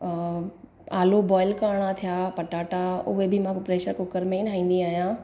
आलू बॉयल करणा थिया पटाटा उहे बि मां प्रैशर कुकर में ठाहींदी आहियां